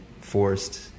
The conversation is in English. forced